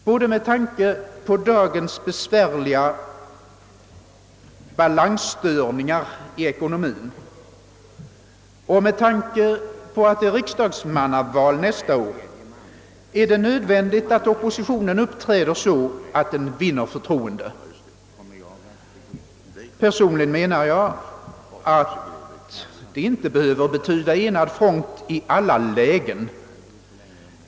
Både med tanke på dagens besvärliga balansstörningar i ekonomien och med tanke på att det är riksdagsmannaval nästa år är det nödvändigt att oppositionen uppträder så att den vinner förtroende. Personligen menar jag att det inte behöver betyda enad front i alla lägen.